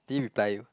did he reply you